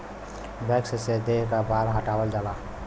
wax से देह क बाल हटावल जाला